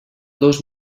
dos